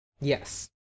yes